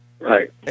Right